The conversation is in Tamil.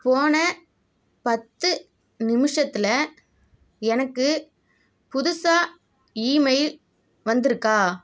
போன பத்து நிமிஷத்தில் எனக்கு புதுசாக ஈமெயில் வந்திருக்கா